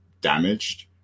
damaged